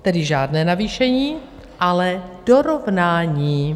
Tedy žádné navýšení, ale dorovnání.